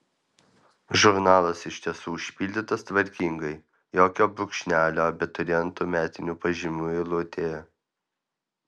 žurnalas iš tiesų užpildytas tvarkingai jokio brūkšnelio abiturientų metinių pažymių eilutėje